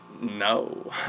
No